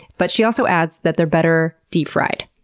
but she also adds that they're better deep fried.